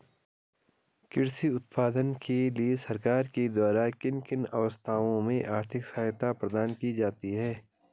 कृषि उत्पादन के लिए सरकार के द्वारा किन किन अवस्थाओं में आर्थिक सहायता प्रदान की जाती है?